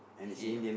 he